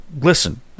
listen